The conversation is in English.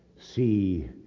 see